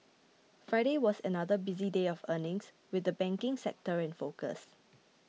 Friday was another busy day of earnings with the banking sector in focus